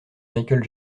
michael